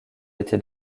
était